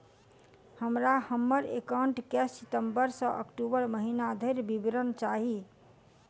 हमरा हम्मर एकाउंट केँ सितम्बर सँ अक्टूबर महीना धरि विवरण चाहि?